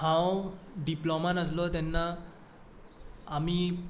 हांव डिप्लॉमान आसलो तेन्ना आमी